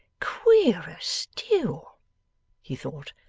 queerer still he thought.